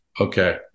Okay